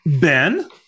Ben